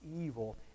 evil